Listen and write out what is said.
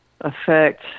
affect